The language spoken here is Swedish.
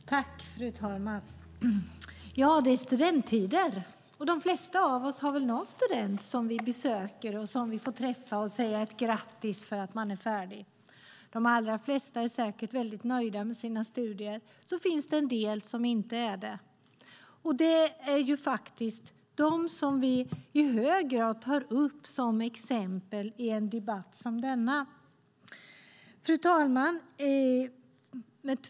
Fru talman! Det är studenttider, och de flesta av oss har väl någon student som vi får träffa och säga grattis till för att han eller hon är färdig. De allra flesta är säkert väldigt nöjda med sina studier. Men det finns en del som inte är det, och det är dem som vi i hög grad tar upp som exempel i en debatt som denna. Fru talman!